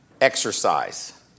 exercise